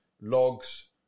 logs